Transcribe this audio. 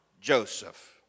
Joseph